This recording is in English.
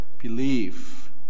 Believe